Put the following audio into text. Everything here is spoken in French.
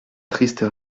triste